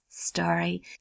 story